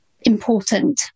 important